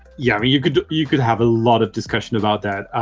yeah you could you could have a lot of discussion about that.